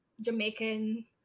Jamaican